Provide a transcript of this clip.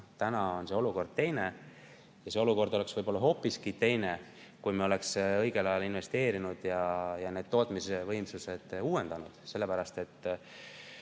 Praegu on olukord teine. Meie olukord oleks võib-olla hoopiski teistsugune, kui me oleks õigel ajal investeerinud ja oma tootmisvõimsused uuendanud.